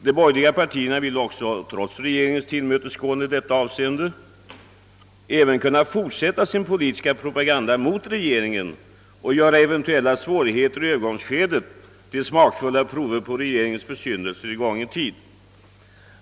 De borgerliga partierna ville också, trots regeringens tillmötesgående i detta avseende, kunna fortsätta sin politiska propaganda mot regeringen och göra eventuella svårigheter i övergångsskedet till smakfulla prover på regeringens försyndelser i gången tid.